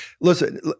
Listen